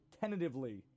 tentatively